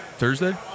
thursday